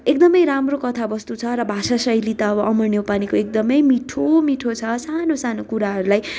एकदमै राम्रो कथावस्तु छ र भाषाशैली त अब अमर न्यौपानेको एकदमै मिठो मिठो छ सानो सानो कुराहरूलाई